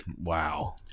Wow